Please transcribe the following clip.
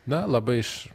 na labai iš